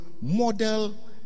model